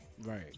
Right